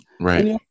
Right